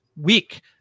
week